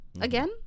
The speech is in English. Again